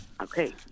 Okay